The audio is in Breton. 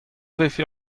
vefe